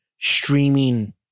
streaming